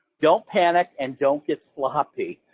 don't panic and don't get sloppy,